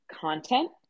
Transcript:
content